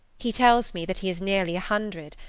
he tells me that he is nearly a hundred,